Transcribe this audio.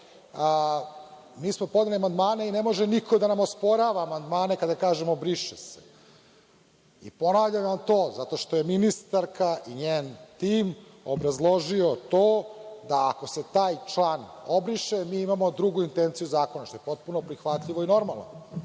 mi smo podneli amandmane i ne može niko da nam osporava amandmane kada kažemo „briše se“. Ponavljamo vam to zato što su ministarka i njen tim obrazložili to da, ako se taj član obriše, mi imamo drugu intenciju zakona, što je potpuno prihvatljivo i normalno.